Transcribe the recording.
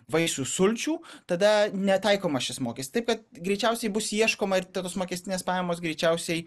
vaisių sulčių tada netaikomas šis mokest taip kad greičiausiai bus ieškoma ir tokios mokestinės pajamos greičiausiai